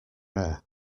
rare